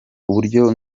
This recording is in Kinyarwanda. uburyo